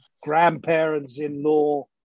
grandparents-in-law